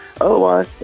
Otherwise